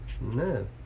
No